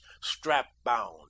strap-bound